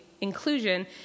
inclusion